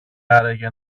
άραγε